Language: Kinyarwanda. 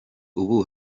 ubu